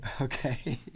Okay